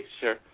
sure